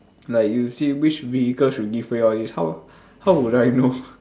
like you see which vehicle should give way all these how how will I know